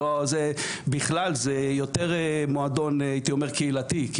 בכלל זה יותר מועדון קהילתי,